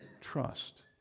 trust